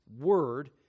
Word